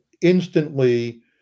instantly